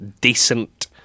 decent